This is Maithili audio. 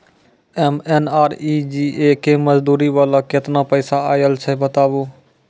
एम.एन.आर.ई.जी.ए के मज़दूरी वाला केतना पैसा आयल छै बताबू?